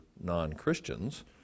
non-Christians